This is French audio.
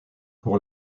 pour